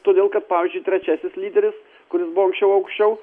todėl kad pavyzdžiui trečiasis lyderis kuris buvo anksčiau aukščiau